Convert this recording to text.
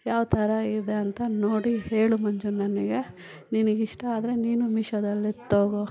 ಯಾವ್ತರ ಇದೆ ಅಂತ ನೋಡಿ ಹೇಳು ಮಂಜು ನನಗೆ ನಿನಗೆ ಇಷ್ಟ ಆದರೆ ನೀನು ಮೀಶೋದಲ್ಲಿ ತಗೋ